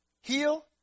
heal